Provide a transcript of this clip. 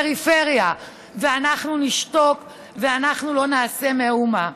ואנחנו נשתוק ולא נעשה מאומה.